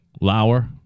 Lauer